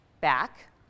back